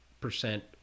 percent